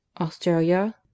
Australia